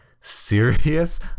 serious